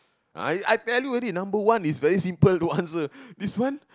I I tell you already number one is very simple to answer this one